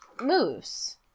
moose